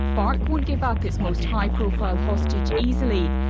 farc won't give up its most high-profile hostage easily,